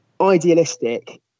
idealistic